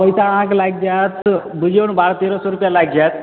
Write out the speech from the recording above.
ओकर अहाँकेँ लागि जायत बुझिऔ ने बारह तेरह सए रूपैआ लागि जायत